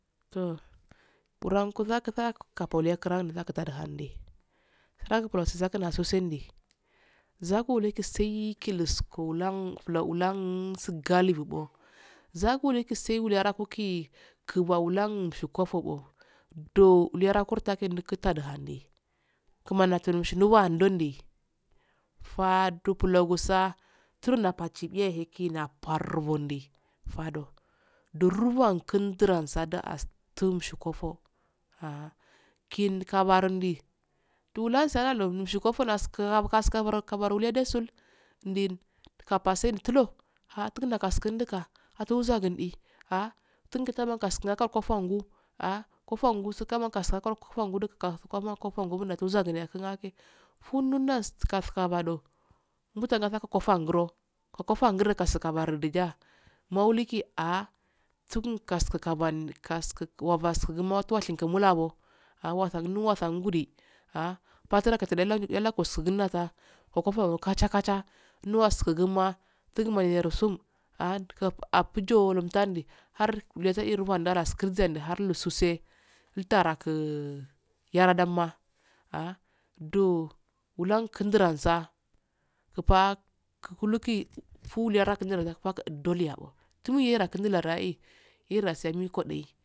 Tooh, wurandausaku kapoliyakiakihandi siraki bulasskinsondi, zukuleku saii, kilisku lan la'u la-sigalibbo. zakulekusaii yarakukii kumbau langi kufuudo doferakurtuke ladi handii kamaniya funshenibbadonde, faadugubulsa turna pachibiya helauni wundi faddo. Duruwa laindi uransandi astu kumshi kofo ahh yin karbardi dulansaladu numch kefalansu kabarku kaborula desuul. ndil appasentul tubgnukaskindika atugusandii ahh. tungartan maska kofawanga ahh kofawangu wuskaki kofawanguro soma kofawo ngu fa zagine kin ake funaskaabadoo mutun'aa nga kofawa. nguro ko kofawanguro karkabaraga maulikiahh. tunaskabaandi kaskubanwabasgushi mulawo ahh, wasasuna wasawabasgushi mulawo ahh, wasungu nut wasaundi ahh, batulakatulakude lakusungun lattai, go kotowangin kaxha-kacha nuwas kiginma tungumo hersum. ahhandik apujolumtundi har lesusee larakui yaradamma ahh do wulakinduransa lai pawuluki fulegankindendura doleyabbwa tunweyarakin wulerai yerasi kodayi.